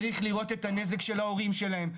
צריך לראות את הנזק של ההורים שלהם,